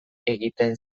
egiten